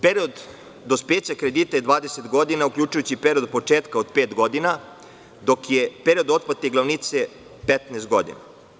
Period dospeća kredita je 20 godina, uključujući i period od početka, od pet godina, dok je period otplate glavnice 15 godina.